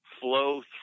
flow